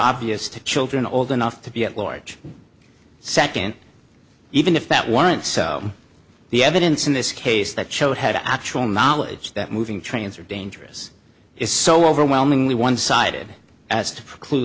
obvious to children old enough to be at large second even if that weren't so the evidence in this case that cho had actual knowledge that moving trains are dangerous is so overwhelmingly one sided as